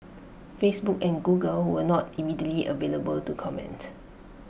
Facebook and Google were not immediately available to comment